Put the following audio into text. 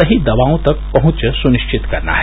सही दवाओं तक पहुंच सुनिश्वित करना है